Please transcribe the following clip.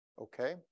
okay